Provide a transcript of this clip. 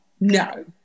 No